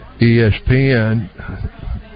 ESPN